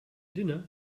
dinner